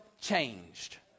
changed